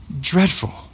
dreadful